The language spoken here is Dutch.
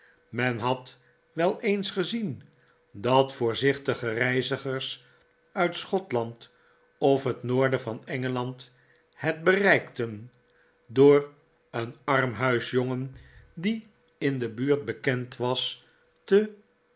men had wel eens gezien dat voorzichtige reizigers uit schotland of het noorden van engeland het bereikten door een armhuisjongen die in de buurt bekend was te